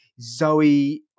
Zoe